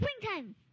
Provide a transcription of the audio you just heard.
Springtime